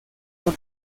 con